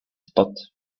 spot